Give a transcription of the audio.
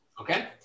Okay